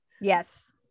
Yes